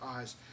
eyes